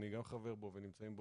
אני חבר בו וגם אחרים.